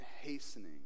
hastening